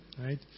right